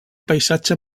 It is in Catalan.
paisatge